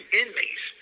inmates